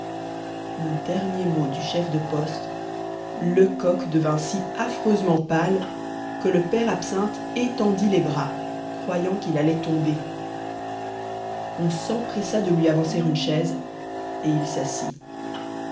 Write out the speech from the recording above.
aux derniers mots du chef de poste lecoq devint si affreusement pâle que le père absinthe étendit les bras croyant qu'il allait tomber on s'empressa de lui avancer une chaise et il s'assit